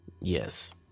yes